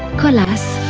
colas,